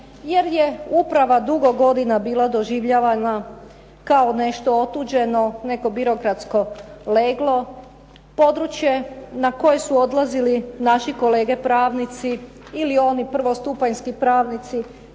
jer je uprava dugo godina bila doživljavana kao nešto otuđeno, neko birokratsko leglo, područje na koji su odlazili naši kolege pravnici ili oni prvostupanjski pravnici